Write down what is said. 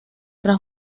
tras